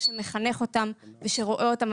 שמחנך אותם ושרואה אותם,